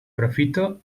profito